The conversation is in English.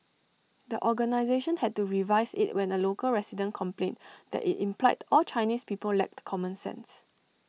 the organisation had to revise IT when A local resident complained that IT implied all Chinese people lacked common sense